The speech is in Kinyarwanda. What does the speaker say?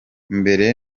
mbere